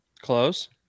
Close